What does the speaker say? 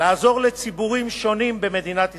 לעזור לציבורים שונים במדינת ישראל.